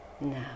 now